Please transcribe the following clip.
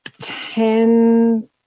ten